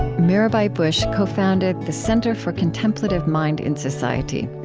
mirabai bush co-founded the center for contemplative mind in society.